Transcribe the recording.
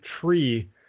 tree